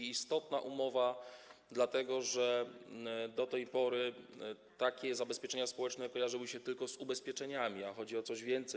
To istotna umowa, dlatego że do tej pory takie zabezpieczenia społeczne kojarzyły się tylko z ubezpieczeniami, a chodzi o coś więcej.